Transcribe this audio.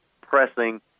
pressing